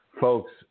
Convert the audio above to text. Folks